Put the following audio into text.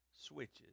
switches